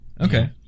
okay